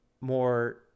more